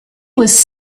was